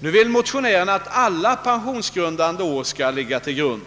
Nu vill motionärerna att alla pensions grundande år skall ligga till grund.